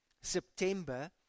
September